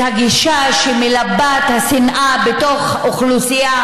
את הגישה שמלבה את השנאה בתוך אוכלוסייה,